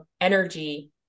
energy